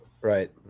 Right